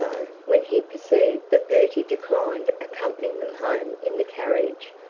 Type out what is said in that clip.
when he perceived that bertie declined accompanying them home in the carriage,